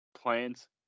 plans